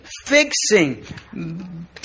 fixing